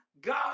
God